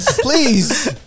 Please